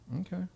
okay